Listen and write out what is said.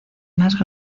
más